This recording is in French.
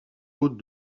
haut